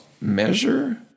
measure